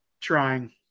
trying